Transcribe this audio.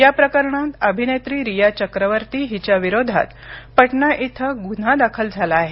या प्रकरणात अभिनेत्री रिया चक्रवर्ती हिच्या विरोधात पटना इथं गुन्हा दाखल झाला आहे